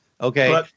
Okay